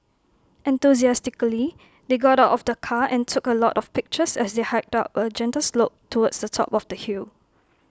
enthusiastically they got out of the car and took A lot of pictures as they hiked up A gentle slope towards the top of the hill